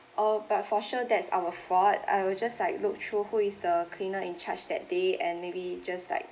or but for sure that's our fault I will just like look through who is the cleaner in charge that day and maybe just like